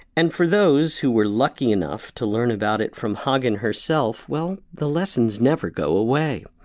and for those who were lucky enough to learn about it from hagen herself well the lessons never go away.